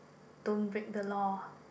don't break the law